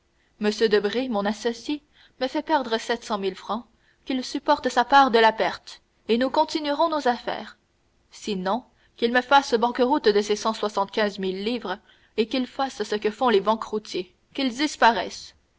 m debray mon associé me fait perdre sept cent mille francs qu'il supporte sa part de la perte et nous continuerons nos affaires sinon qu'il me fasse banqueroute de ces cent soixante-quinze mille livres et qu'il fasse ce que font les banqueroutiers qu'il disparaisse